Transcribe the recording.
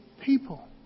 people